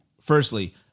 Firstly